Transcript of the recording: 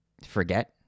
forget